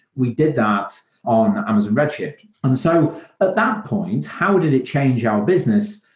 we did that on amazon red shift. and so at that point, how did it change our business,